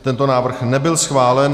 Tento návrh nebyl schválen.